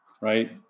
right